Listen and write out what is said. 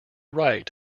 right